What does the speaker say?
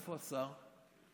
איפה השר?